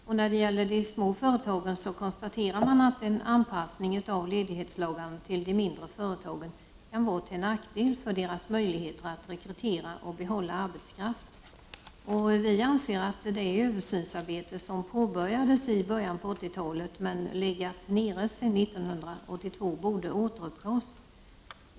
Och när det gäller de små företagen konstaterar man att en anpassning av ledighetslagarna till de mindre företagen kan vara till nackdel för deras möjligheter att rekrytera och behålla arbetskraft. Vi anser att det översynsarbete som påbörjades i början på 80-talet men som legat nere sedan 1982 borde återupptas.